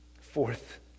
Fourth